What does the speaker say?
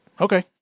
okay